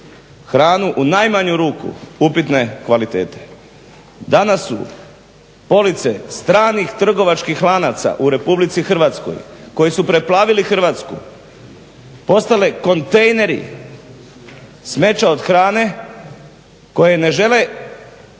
hranu u najmanju ruku upitne kvalitete. Danas su police stranih trgovačkih lanaca u RH koji su preplaviti Hrvatsku postale kontejneri, smeća od hrane koje ne žele